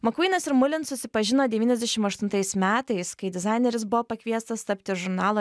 makvynas ir mulin susipažino devyniasdešim aštuntais metais kai dizaineris buvo pakviestas tapti žurnalo